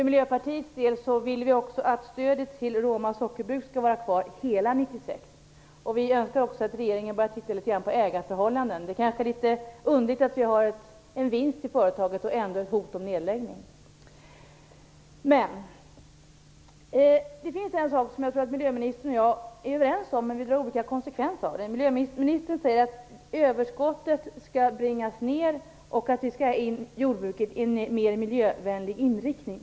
Miljöpartiet vill att stödet till Roma sockerbruk skall vara kvar hela 1996, och vi önskar också att regeringen börjar titta litet grand på ägarförhållandena. Det är litet underligt att det finns en vinst i företaget och att det ändå hotas av nedläggning. Det finns en sak som jag tror att jordbruksministern och jag är överens om men drar olika konsekvenser av. Jordbruksministern säger att överskottet skall bringas ned och att vi skall ge jordbruket en mer miljövänlig inriktning.